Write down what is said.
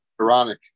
Ironic